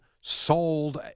sold